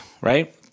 right